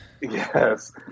Yes